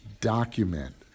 document